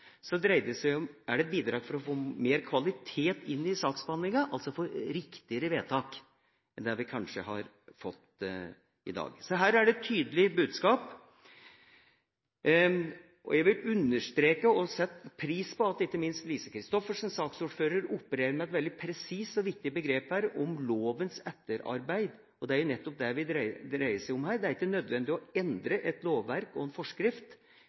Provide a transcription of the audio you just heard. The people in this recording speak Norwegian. Så her er det et tydelig budskap. Jeg vil understreke og setter pris på at Lise Christoffersen, saksordføreren, opererer med et veldig presist og viktig begrep om lovens etterarbeid. Det er nettopp det det dreier seg om her. Det er ikke nødvendig å endre et lovverk og en forskrift,